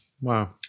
wow